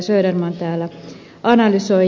söderman täällä analysoi